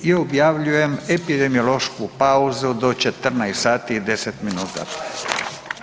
I objavljujem epidemiološku pauzu do 14 sati i 10 minuta.